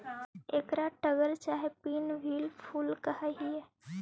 एकरा टगर चाहे पिन व्हील फूल कह हियई